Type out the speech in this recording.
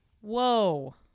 Whoa